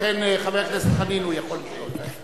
לכן חבר הכנסת חנין יכול לשאול.